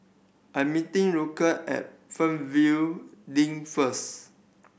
I'm meeting Lulah at Fernvale Link first